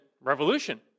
Revolution